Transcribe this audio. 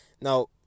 Now